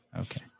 Okay